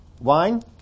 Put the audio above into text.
wine